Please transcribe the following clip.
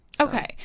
Okay